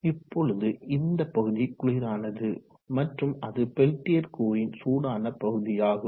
இப்பொழுது இந்த பகுதி குளிரானது மற்றும் அது பெல்டியர் கூறின் சூடான பகுதியாகும்